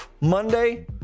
Monday